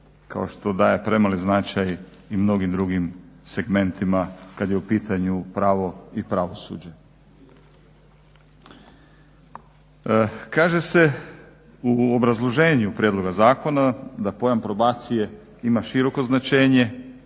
kao što daje premali značaj i mnogim drugim segmentima kad je u pitanju pravo i pravosuđe. Kaže se u obrazloženju prijedloga zakona da pojam probacije ima široko značenje